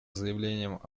заявлениям